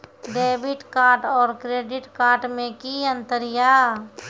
Debit card और credit card मे कि अंतर या?